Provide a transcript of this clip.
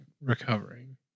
recovering